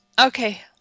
Okay